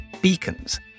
beacons